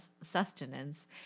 sustenance